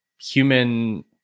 human –